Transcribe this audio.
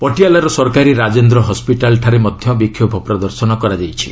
ପଟିଆଲାର ସରକାରୀ ରାଜେନ୍ଦ୍ର ହସ୍କିଟାଲ୍ଠାରେ ମଧ୍ୟ ବିକ୍ଷୋଭ ପ୍ରଦର୍ଶନ ହୋଇଛି